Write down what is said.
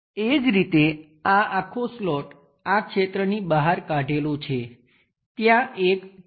એ જ રીતે આ આખો સ્લોટ આ ક્ષેત્રની બહાર કાઢેલો છે ત્યાં એક ચાપ છે